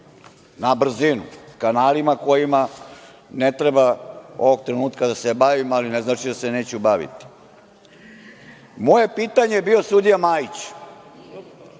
na brzinu, kanalima kojima ne treba ovog trenutka da se bavim, ali ne znači da se neću baviti. Moje pitanje je bilo sudija Majić.